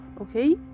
okay